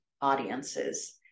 audiences